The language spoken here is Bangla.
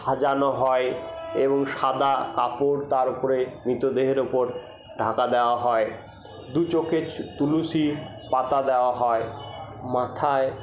সাজানো হয় এবং সাদা কাপড় তার উপরে মৃতদেহের উপর ঢাকা দেওয়া হয় দুচোখে তুলসী পাতা দেওয়া হয় মাথায়